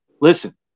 listen